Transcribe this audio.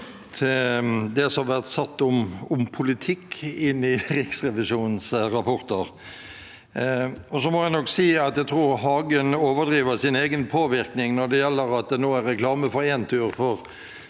til det som er sagt om politikk i Riksrevisjonens rapporter. Så må jeg nok si jeg tror Hagen overdriver sin egen påvirkning når det gjelder at det nå er reklame for Entur, for